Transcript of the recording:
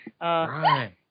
Right